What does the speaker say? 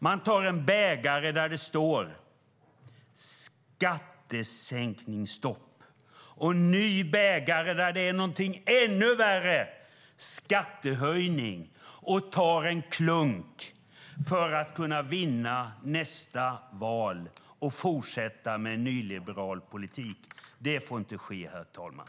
Man tar en bägare där det står skattesänkningsstopp och en ny bägare där det står någonting ännu värre, skattehöjning, och tar en klunk för att kunna vinna nästa val och fortsätta med nyliberal politik. Det får inte ske, herr talman.